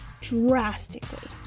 Drastically